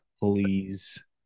Please